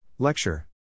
Lecture